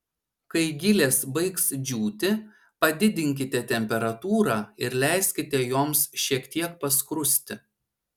kai gilės baigs džiūti padidinkite temperatūrą ir leiskite joms šiek tiek paskrusti